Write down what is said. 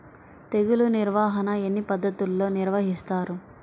తెగులు నిర్వాహణ ఎన్ని పద్ధతుల్లో నిర్వహిస్తారు?